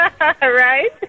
Right